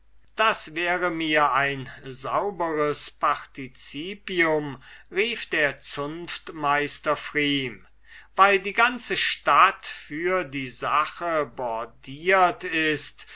das wäre mir ein sauberes participium rief der zunftmeister pfrieme weil die ganze stadt für die sache bordiert ist